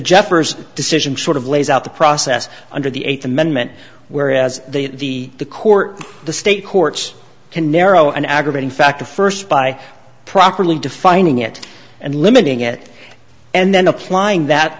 jeffers decision sort of lays out the process under the eighth amendment whereas the the court the state courts can narrow an aggravating factor first by properly defining it and limiting it and then applying that